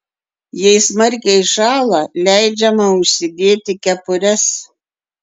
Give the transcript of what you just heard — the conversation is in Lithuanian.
jei smarkiai šąla leidžiama užsidėti kepures